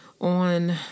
On